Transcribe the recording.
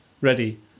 ready